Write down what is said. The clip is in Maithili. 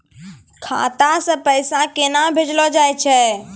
खाता से पैसा केना भेजलो जाय छै?